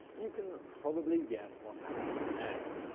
you can probably guess what happened next.